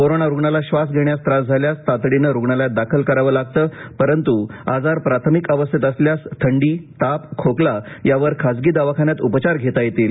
corona रुग्णाला श्वास घेण्यास त्रास झाल्यास तातडीने रुग्णालयात दाखल करावे लागतं परंतु आजार प्राथमिक अवस्थेत असल्यास थंडी ताप खोकला यावर खाजगी दवाखान्यात उपचार घेता येतील